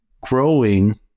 growing